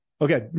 Okay